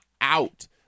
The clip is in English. out